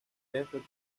perfect